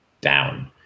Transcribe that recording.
down